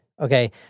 Okay